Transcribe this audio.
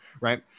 right